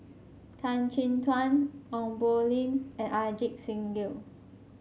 Tan Chin Tuan Ong Poh Lim and Ajit Singh Gill